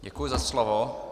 Děkuji za slovo.